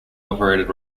operated